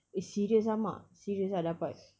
eh serious ah mak serious ah dapat